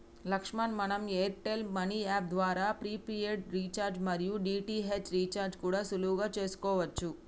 లక్ష్మణ్ మనం Airtel money app ద్వారా prepaid recharge మరియు డి.టి.హెచ్ రీఛార్జి కూడా సులువుగా చేసుకోవచ్చు